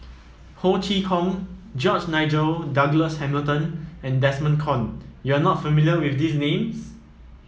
Ho Chee Kong George Nigel Douglas Hamilton and Desmond Kon you are not familiar with these names